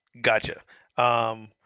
Gotcha